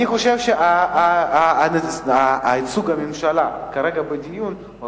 אני חושב שייצוג הממשלה בדיון כרגע הוא